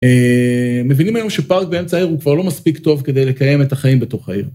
א...מבינים היום שפארק באמצע העיר הוא כבר לא מספיק טוב כדי לקיים את החיים בתוך העיר.